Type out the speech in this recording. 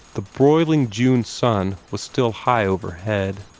the broiling june sun was still high overhead.